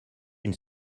une